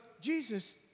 Jesus